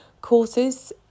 courses